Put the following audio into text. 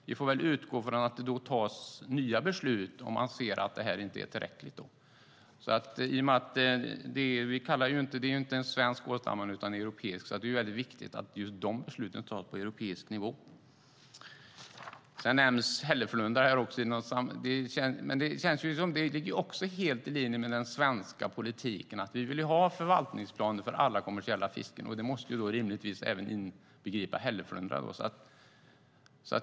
Vi får väl utgå från att det då tas nya beslut om man ser att det här inte är tillräckligt. Det är ju inte en svensk ålstam utan en europeisk, så det är väldigt viktigt att just de besluten tas på europeisk nivå. Hälleflundra nämns också, men där ligger det också helt i linje med den svenska politiken. Vi vill ha förvaltningsplaner för alla kommersiella fisken, och det måste rimligtvis även inbegripa hälleflundra.